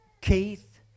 Keith